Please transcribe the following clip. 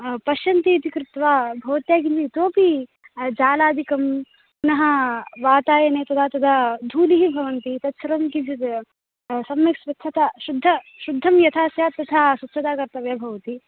पश्यन्ति इति कृत्वा भवत्या इतोपि जालादिकं वातायने तथा धूलिः भवन्ति तत्सर्वं किञ्चित् सम्यक् स्वच्छता शुद्ध शुद्धं यथा स्यात् तथा स्वच्छता कर्तव्या भवति